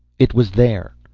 it was there.